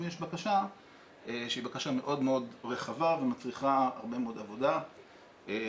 יש בקשה שהיא בקשה מאוד מאוד רחבה ומצריכה הרבה מאוד עבודה מהרשות,